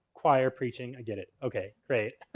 choir preaching. i get it. okay, great.